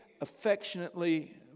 affectionately